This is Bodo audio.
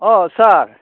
अ सार